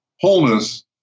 Wholeness